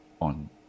on